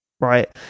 Right